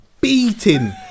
beating